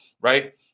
right